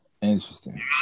Interesting